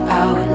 out